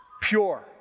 Pure